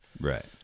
Right